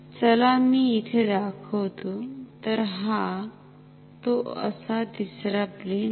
चला मी इथे दाखवतोतर हा तो असा तिसरा प्लेन आहे